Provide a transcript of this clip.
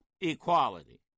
equality